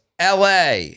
LA